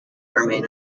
remain